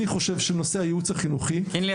אני חושב שנושא הייעוץ החינוכי --- קינילי,